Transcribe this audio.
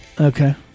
Okay